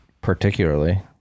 particularly